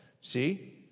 see